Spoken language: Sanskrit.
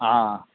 हा